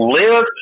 live